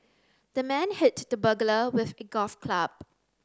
the man hit the burglar with a golf club